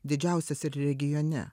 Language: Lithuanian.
didžiausias ir regione